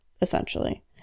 essentially